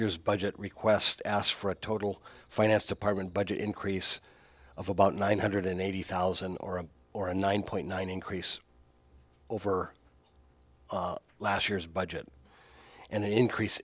year's budget request asks for a total finance department budget increase of about nine hundred eighty thousand or a or a nine point nine increase over last year's budget and the increase